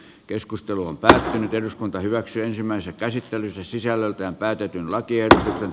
keskustelu on päättänyt eduskunta hyväksyi ensimmäisen käsittelyn se sisällöltään täytyy tietää